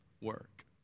work